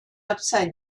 upside